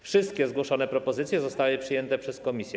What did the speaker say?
Wszystkie zgłoszone propozycje zostały przyjęte przez komisję.